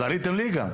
אז עליתם ליגה?